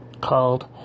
Called